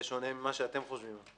בשונה ממה שאתם חושבים.